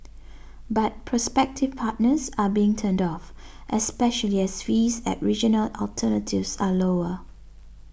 but prospective partners are being turned off especially as fees at regional alternatives are lower